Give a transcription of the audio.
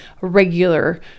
regular